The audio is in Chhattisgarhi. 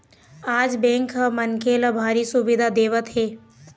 आज बेंक ह मनखे ल भारी सुबिधा देवत हे